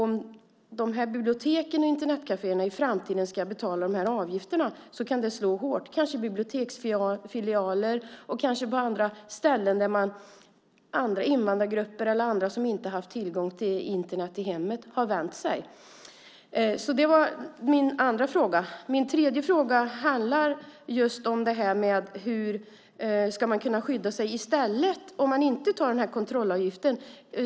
Om biblioteken och Internetkaféerna i framtiden ska betala dessa avgifter kan det slå hårt, kanske mot biblioteksfilialer och andra ställen dit invandrargrupper och andra som inte har tillgång till Internet i hemmet har vänt sig. Nästa fråga handlar om hur man ska kunna skydda sig om man inte tar ut kontrollavgift.